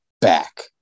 back